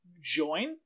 join